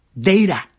data